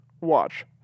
Watch